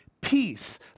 peace